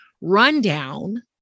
rundown